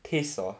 taste hor